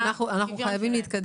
תודה